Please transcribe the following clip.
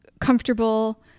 comfortable